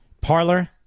parlor